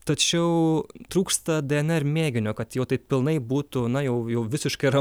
tačiau trūksta dnr mėginio kad jau taip pilnai būtų na jau jau visiškai ramu